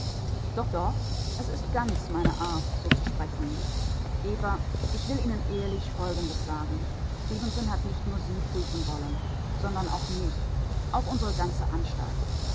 doch doch es ist ganz meine art so zu sprechen eva ich will ihnen ehrlich folgendes sagen stefenson hat nicht nur sie prüfen wollen sondern auch mich auch unsere ganze anstalt